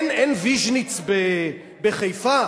אין ויז'ניץ בחיפה?